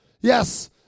Yes